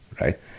right